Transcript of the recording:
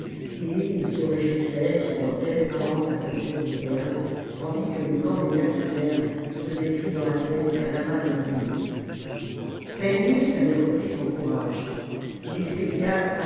et ils se réjouissaient sous leurs belles tentes à bordures de perles tandis que le camp des mercenaires ne faisait plus dans la plaine qu'un amas de ruines spendius avait repris son courage ii expédia